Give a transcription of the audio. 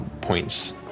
points